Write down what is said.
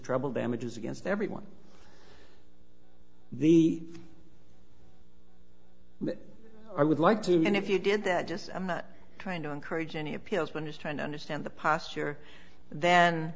trouble damages against everyone the i would like to know and if you did that just i'm not trying to encourage any appeals but just trying to understand the posture then